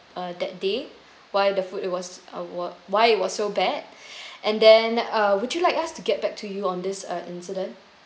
uh that day why the food it was why why it was so bad and then uh would you like us to get back to you on this uh incident